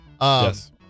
Yes